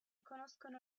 conoscono